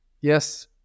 yes